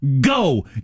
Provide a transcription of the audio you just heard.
Go